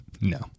No